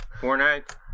Fortnite